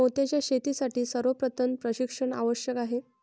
मोत्यांच्या शेतीसाठी सर्वप्रथम प्रशिक्षण आवश्यक आहे